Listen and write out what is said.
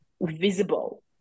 visible